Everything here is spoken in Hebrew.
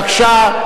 לפחות